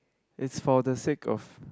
it's for the sake of